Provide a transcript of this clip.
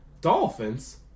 Dolphins